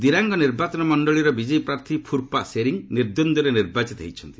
ଦିରାଙ୍ଗ ନିର୍ବାଚନ ମଣ୍ଡଳୀର ବିଜେପି ପ୍ରାର୍ଥୀ ଫୁର୍ପା ସେରିଂ ନିର୍ଦ୍ୱନ୍ଦରେ ନିର୍ବାଚିତ ହୋଇଛନ୍ତି